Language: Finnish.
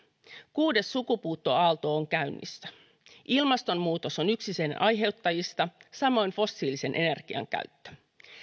kuudes sukupuuttoaalto on käynnissä ilmastonmuutos on yksi sen aiheuttajista samoin fossiilisen energian käyttö